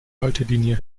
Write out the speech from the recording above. haltelinie